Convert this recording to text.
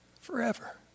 forever